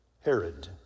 Herod